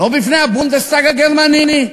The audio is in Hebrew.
לא בפני הבונדסטאג הגרמני,